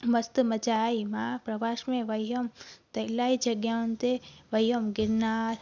मस्तु मज़ा आई मां प्रवास में वई हुयमि त इलाही जॻहियुनि ते वई हुयमि गिरनार